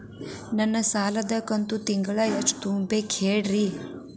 ನನ್ನ ಸಾಲದ ಕಂತು ತಿಂಗಳ ಎಷ್ಟ ತುಂಬಬೇಕು ಹೇಳ್ರಿ?